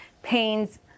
pains